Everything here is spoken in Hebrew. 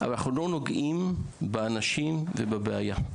אבל אנחנו לא נוגעים באנשים ובבעיה.